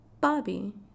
Bobby